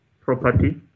property